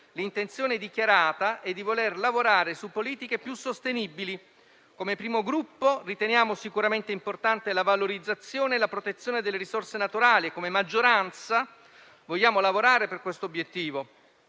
L'intenzione dichiarata è di voler lavorare su politiche più sostenibili. Come Gruppo riteniamo sicuramente importanti la valorizzazione e la protezione delle risorse naturali e come maggioranza vogliamo lavorare per questo obiettivo.